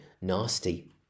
nasty